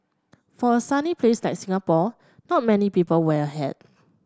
for a sunny place like Singapore not many people wear a hat